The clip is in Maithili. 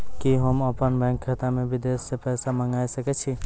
कि होम अपन बैंक खाता मे विदेश से पैसा मंगाय सकै छी?